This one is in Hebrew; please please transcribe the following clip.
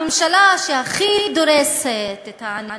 הממשלה שהכי דורסת את העניים,